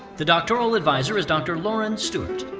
the doctoral advisor is dr. lauren stewart.